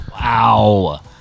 Wow